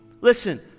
Listen